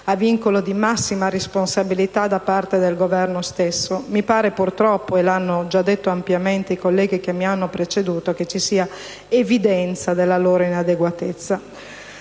a vincolo di massima responsabilità da parte del Governo stesso. Mi pare purtroppo, e lo hanno già detto ampiamente i colleghi che mi hanno preceduta, che ci sia evidenza della loro inadeguatezza.